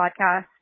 podcast